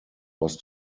was